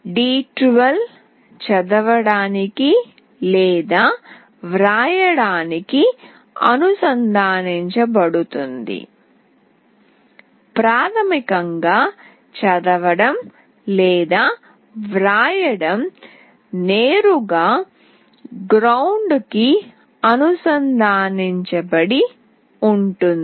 d12 చదవడానికి వ్రాయడానికి అనుసంధానించబడుతుంది ప్రాథమికంగా చదవడం వ్రాయడం నేరుగా గ్రౌండ్ కి అనుసంధానించబడి ఉంటుంది